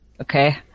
okay